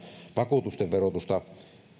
vakuutusten verotusta